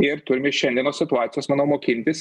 ir turim iš šiandienos situacijos manau mokintis